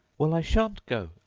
well, i shan't go,